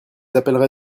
appellerai